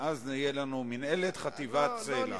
ואז תהיה לנו מינהלת חטיבת סל"ע.